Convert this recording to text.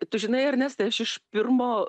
tu žinai ernestai aš iš pirmo